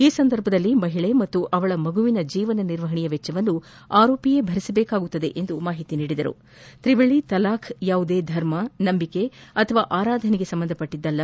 ಈ ಸಂದರ್ಭದಲ್ಲಿ ಮಹಿಳೆ ಮತ್ತು ಅವಳ ಮಗುವಿನ ಜೀವನ ನಿರ್ವಹಣೆ ವೆಚ್ಚವನ್ನು ಆರೋಪಿಯೇ ಭರಿಸಬೇಕಾಗುತ್ತದೆ ಎಂದು ಮಾಹಿತಿ ನೀಡಿದರುತ್ತಿವಳಿ ತಲಾಕ್ ಯಾವುದೇ ಧರ್ಮ ನಂಬಿಕೆ ಹಾಗೂ ಆರಾಧನೆಗೆ ಸಂಬಂಧಿಸಿದ್ದಲ್ಲ